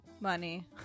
Money